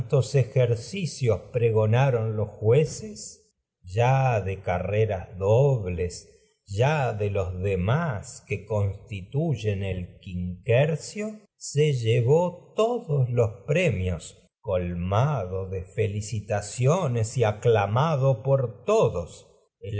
cuantos ejercicios prego ya los jueces ya de carreras dobles se de los demás que constituyen el quinquercio llevó todos los pre mios colmado de felicitaciones y aclamado por todos